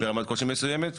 ברמת קושי מסוימת,